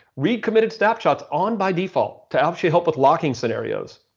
read committed snapshots on by default to actually help with locking scenarios.